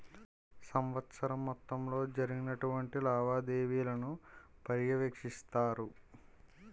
సంవత్సరం మొత్తంలో జరిగినటువంటి లావాదేవీలను పర్యవేక్షిస్తారు